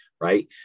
right